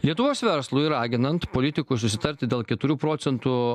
lietuvos verslui raginant politikus susitarti dėl keturių procentų